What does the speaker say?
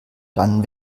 dann